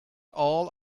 all